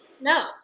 No